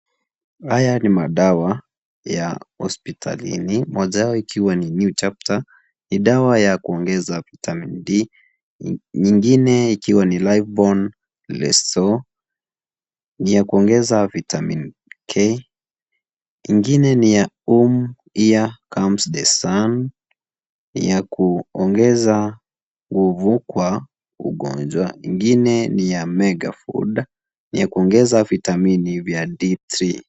Haya ni madawa, ya hospitalini, moja yao iliwa ni,(cs)new chapter(cs), ni dawa ya kuongeza vitamin D, nyingine iliwa ni ,(cs)live bond liso(cs), ni ya kuongeza vitamin K, ingina ni ya, (cs)Home here, comes the sun(cs), ni ya kuongeza nguvu, kwa, ugonjwa, ingine ni ya, (cs)mega food, ni ya kuongeza vitamini vya D3.